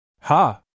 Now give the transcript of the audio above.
Ha